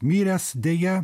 miręs deja